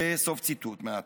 סוף ציטוט מהאתר.